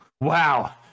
wow